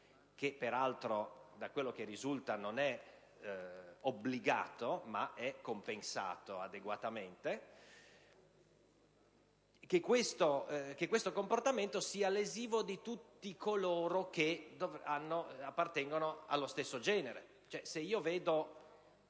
che peraltro, da quello che risulta, non è è obbligato, ma è compensato adeguatamente, sia lesivo di tutti coloro che appartengono allo stesso genere.